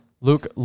Luke